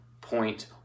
point